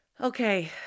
Okay